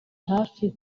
hafi